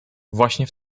właśnie